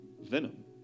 venom